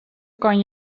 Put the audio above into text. kan